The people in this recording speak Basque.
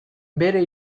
bere